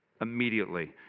immediately